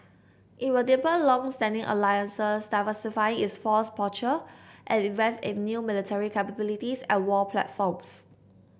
it will deepen longstanding alliances diversify its force posture and invest in new military capabilities and war platforms